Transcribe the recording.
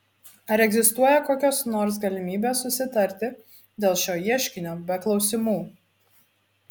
ar egzistuoja kokios nors galimybės susitarti dėl šio ieškinio be klausymų